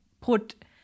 put